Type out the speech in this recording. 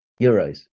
euros